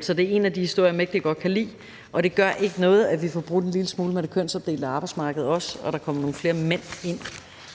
Så det er en af de historier, jeg mægtig godt kan lide. Og det gør ikke noget, at vi også får brudt en lille smule med det kønsopdelte arbejdsmarked, og at der kommer nogle flere mænd ind